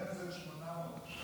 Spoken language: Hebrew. העלינו את זה ל-800 עכשיו.